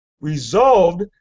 resolved